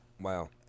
Wow